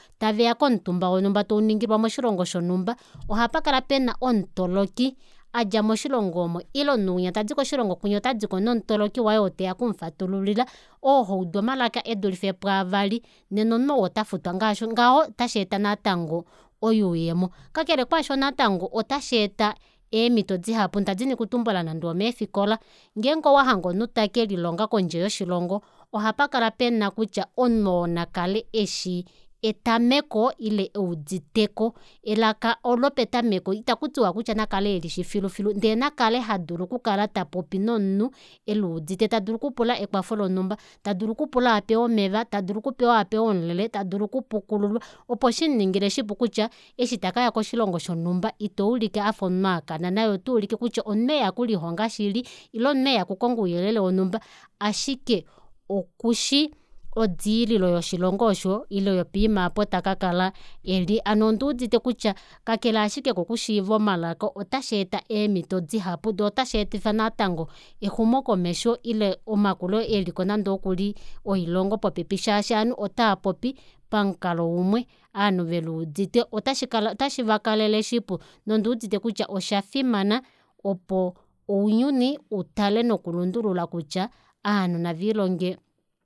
Taveya komutumba wonhumba tauningilwa moshilongo shonumba ohapakala pena omutoloki adja moshilongo omo ile omunhu unya tadi koshilongo shinya otadiko nomutoloki waye ou teya okumufatululila oo haudu omalaka edulife pwaavali nena omunhu ou otafutwa ngaho otasheeta natango oyuuyemo kakele kaasho natango otasheeta eemito dihapu ndadini okutumbula nande omeefikola ngeenge owahange omunhu tekelihonga kodje yoshilongo ohapakala pena kutya omunhu oo nakale eshi etamako ile euditeko elaka aalo petameko itakutiwa kutya nakale elishi filufilu ndee nakale hadulu okukala tapopi nomunhu eluudite tadulu okupula ekwafo lonhumba tadulu okupula apewe omeva tadulu okupula apewe omulele tadulu okupukululwa opo shimuningile shipu kutya eshi takaya koshilongo shonumba ita ulike afa omunhu akana naye otaulike kutya omunhu eya okulihonga shili ile omunhu eya okukonga ouyelele wonhumba ashike okushi odiililo yoshilongo osho ile yopoima aapo takakala eli ano onduudite kutya kakele ashike kokushiiva omalaka otasheeta eemito dihapu shoo otasheetifa natango exumokomesho ile omakulo eliko nande okuli oilongo popepi shaashi ovanhu otava popi pamukalo umwe ovanhu veluudite otashikala otashivakalele shipu nonduudite kutya oshafimana opo ounyuni utale nokulundulula kutya ovanhu navelihonge